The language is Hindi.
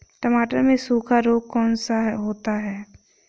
टमाटर में सूखा रोग कौन सा होता है?